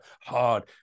hard